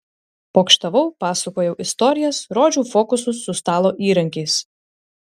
pokštavau pasakojau istorijas rodžiau fokusus su stalo įrankiais